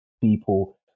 people